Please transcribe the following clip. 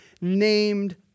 named